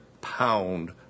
pound